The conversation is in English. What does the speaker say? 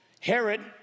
Herod